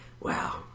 Wow